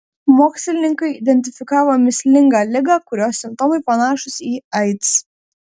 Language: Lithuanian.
mokslininkai identifikavo mįslingą ligą kurios simptomai panašūs į aids